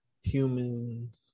humans